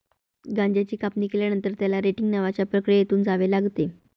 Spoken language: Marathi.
गांजाची कापणी केल्यानंतर, त्याला रेटिंग नावाच्या प्रक्रियेतून जावे लागते